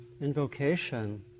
invocation